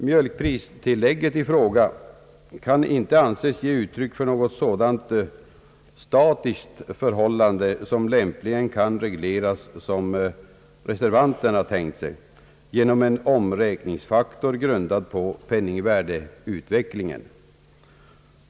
Mjölkpristillägget i fråga kan inte anses ge uttryck för något sådant statiskt förhållande, som lämpligen kan regleras, som reservanterna tänkt sig, genom en omräkningsfaktor grundad på penningvärdeutvecklingen.